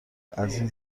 ازاین